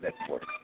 Network